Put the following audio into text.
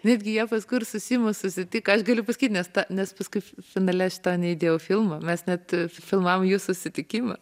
netgi jie paskui ir su simu susitiko aš galiu pasakyt nes ta nes kaip fi finale aš to neįdėjau į filmą mes net filmavom jų susitikimą